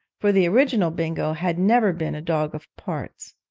for the original bingo had never been a dog of parts.